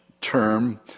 term